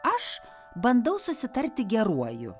aš bandau susitarti geruoju